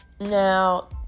now